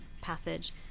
passage